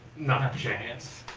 not a chance.